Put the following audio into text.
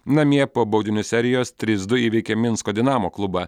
namie po baudinių serijos trys du įveikė minsko dinamo klubą